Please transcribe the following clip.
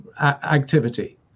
activity